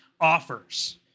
offers